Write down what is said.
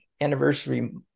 anniversary